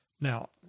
Now